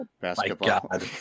basketball